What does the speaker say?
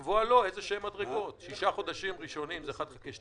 צריך לקבוע לו איזשהן מדרגות שישה חודשים ראשונים זה על פי 1/12,